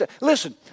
Listen